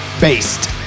Based